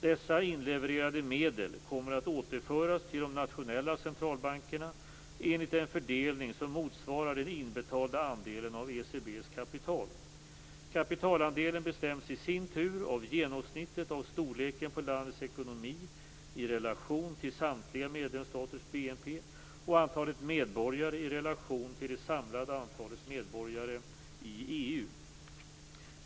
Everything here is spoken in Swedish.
Dessa inlevererade medel kommer att återföras till de nationella centralbankerna enligt en fördelning som motsvarar den inbetalda andelen av ECB:s kapital. Kapitalandelen bestäms i sin tur av genomsnittet av storleken på landets ekonomi i relation till samtliga medlemsstaters BNP och antalet medborgare i relation till det samlade antalet medborgare i EU.